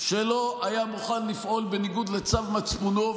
שלא היה מוכן לפעול בניגוד לצו מצפונו,